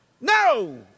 No